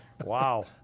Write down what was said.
Wow